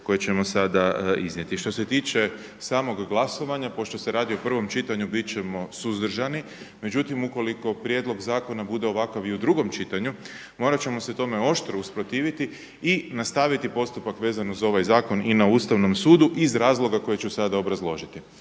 koje ćemo sada iznijeti. Što se tiče samog glasovanja, pošto se radi o prvom čitanju bit ćemo suzdržani, međutim ukoliko prijedlog zakona bude ovakav i u drugom čitanju morat ćemo se tome oštro usprotiviti i nastaviti postupak vezano uz ovaj zakon i na Ustavnom sudu iz razloga koje ću sada obrazložiti.